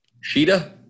Sheeta